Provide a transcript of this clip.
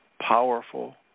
powerful